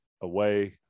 away